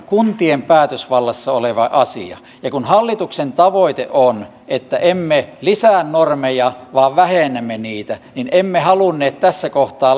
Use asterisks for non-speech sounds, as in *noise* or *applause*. kuntien päätösvallassa olevia asioita ja kun hallituksen tavoite on että emme lisää normeja vaan vähennämme niitä niin emme halunneet tässä kohtaa *unintelligible*